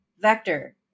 Vector